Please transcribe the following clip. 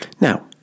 Now